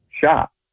shop